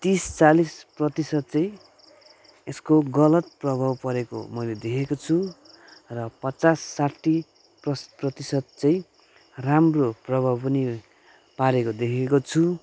तिस चालिस प्रतिशत चाहिँ यस्को गलत प्रभाव परेको मैले देखेको छु र पचास साठी प्रतिशत चाहिँ राम्रो प्रभाव पनि पारेको देखेको छु र